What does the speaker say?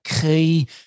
key